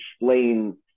explain